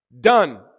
done